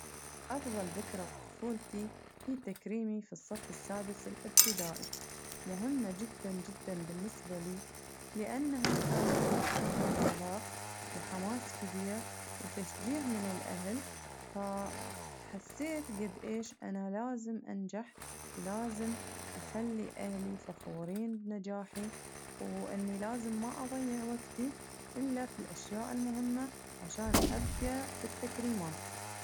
أفضل ذكرى في طفولتي هي تكريمي في الصف السادس الابتدائي مهمة جداً جداً بالنسبة لأنها كانت نقطة انطلاق وحماس كبير وتشجيع من الأهل فحسيت قد إيش أنا لازم أنجح ولازم أخلي أهلي فخورين بنجاحي وإني لازم ما أضيع وقتي إلا في الأشياء المهمة عشان أبقى في التكريمات.